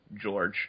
George